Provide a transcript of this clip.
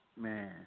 Man